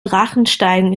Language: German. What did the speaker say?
drachensteigen